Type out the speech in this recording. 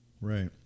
Right